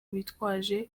bitwaje